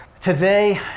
Today